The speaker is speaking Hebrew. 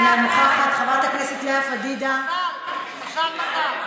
תודה רבה לחברת הכנסת עאידה תומא סלימאן.